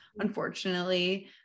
unfortunately